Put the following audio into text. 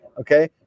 Okay